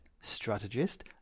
strategist